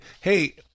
hey